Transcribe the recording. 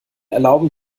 erlauben